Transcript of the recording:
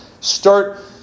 start